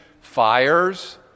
fires